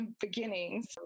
beginnings